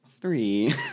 Three